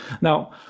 Now